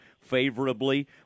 favorably